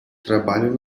trabalham